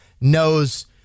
knows